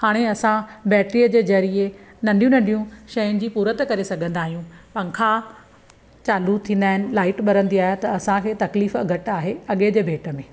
हाणे असां बैटरीअ जे ज़रिए नंढियूं नंढियूं शयुनि जी पूरति करे सघंदा आहियूं पंखा चालू थींदा आहिनि लाइट ॿरंदी आहे त असांखे तकलीफ़ु घटि आहे अॻे ते भेट में